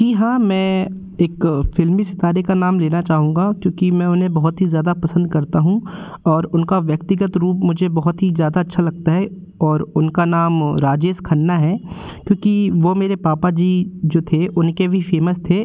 जी हाँ मैं एक फ़िल्मी सितारे का नाम लेना चाहूँगा क्योंकि मैं उन्हें बहुत ही ज़्यादा पसंद करता हूँ और उनका व्यक्तिगत रूप मुझे बहुत ही ज़्यादा अच्छा लगता है और उनका नाम राजेश खन्ना है क्योंकि वो मेरे पापा जी जो थे उनके वी फे़मस थे